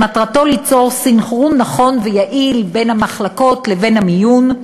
שמטרתו ליצור סנכרון נכון ויעיל בין המחלקות לבין המיון.